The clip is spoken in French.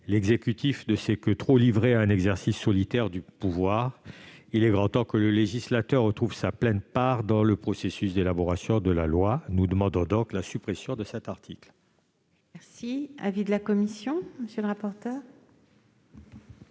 L'exécutif ne s'est que trop livré à un exercice solitaire du pouvoir. Il est grand temps que le législateur retrouve sa pleine part dans le processus d'élaboration de la loi. Nous demandons donc la suppression de cet article. Quel est l'avis de la commission ? Vous